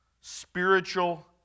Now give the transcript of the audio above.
spiritual